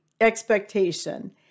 expectation